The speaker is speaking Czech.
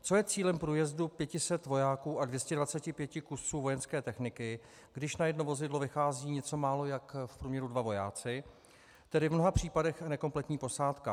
Co je cílem průjezdu 500 vojáků a 225 kusů vojenské techniky, když na jedno vozidlo vychází něco málo jak v průměru dva vojáci, tedy v mnoha případech nekompletní posádka?